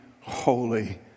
holy